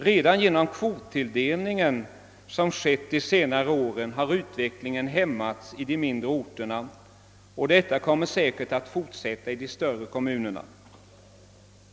Redan genom den kvottilldelning som skett under senare år har utvecklingen hämmats i mindre orter, och detta kommer säkerligen att fortsätta i de större kommunerna.